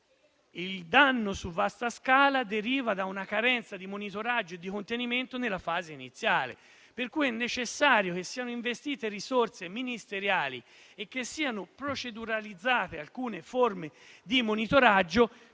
il danno su vasta scala derivi da una carenza di monitoraggio e di contenimento nella fase iniziale, per cui è necessario che siano investite risorse ministeriali e che siano proceduralizzate alcune forme di monitoraggio.